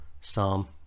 psalm